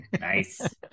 Nice